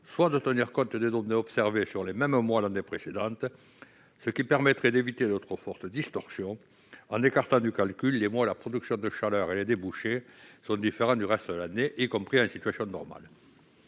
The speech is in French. soit de tenir compte des données observées sur les mêmes mois l'année précédente, ce qui permettrait d'éviter de trop fortes distorsions en écartant du calcul les mois où la production de chaleur et les débouchés sont différents du reste de l'année, y compris en situation normale.